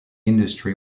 industry